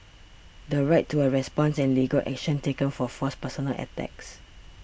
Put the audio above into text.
the right to a response and legal action taken for false personal attacks